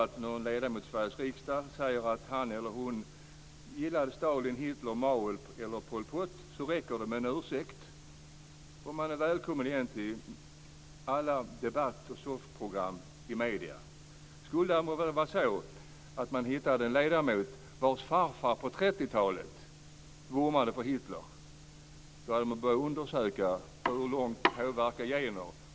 Om någon ledamot av Sveriges riksdag i dag säger att han eller hon gillar Stalin, Hitler, Mao eller Pol Pot räcker det med en ursäkt och sedan är man välkommen igen till alla debatter och soffprogram i medierna. Skulle man emellertid ha hittat en ledamot vars farfar på 30-talet vurmade för Hitler hade man börjat undersöka hur långt gener påverkar.